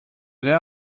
der